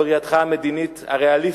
צדקת בראייתך המדינית הריאליסטית,